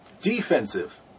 defensive